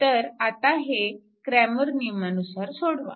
तर आता हे क्रॅमर नियमानुसार सोडवा